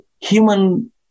human